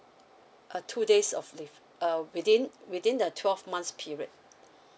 uh two days of leave uh within within the twelve months period